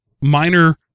minor